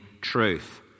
truth